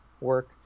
work